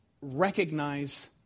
recognize